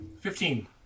Fifteen